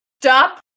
Stop